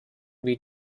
wie